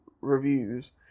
reviews